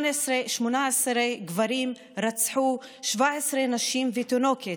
18 גברים רצחו 17 נשים ותינוקת.